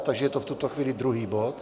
Takže je to v tuto chvíli druhý bod.